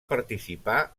participar